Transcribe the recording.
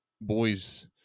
boys